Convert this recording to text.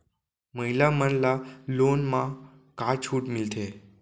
महिला मन ला लोन मा का छूट मिलथे?